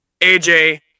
AJ